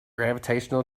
gravitational